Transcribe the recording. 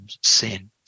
sin